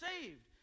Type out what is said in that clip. saved